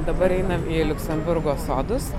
dabar einam į liuksemburgo sodus